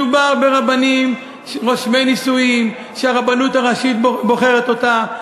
מדובר ברבנים רושמי נישואין שהרבנות הראשית בוחרת אותם.